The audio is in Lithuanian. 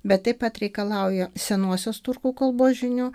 bet taip pat reikalauja senosiuos turkų kalbos žinių